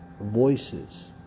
voices